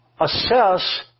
assess